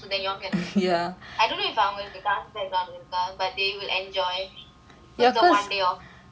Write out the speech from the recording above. I don't know if I got the dance background இருக்கா:irukkaa but they will enjoy because the one day off one day thing